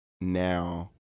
now